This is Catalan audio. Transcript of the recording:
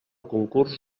concurs